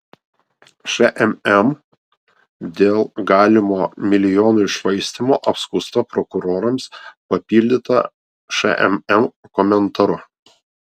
šmm dėl galimo milijonų iššvaistymo apskųsta prokurorams papildyta šmm komentaru